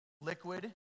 liquid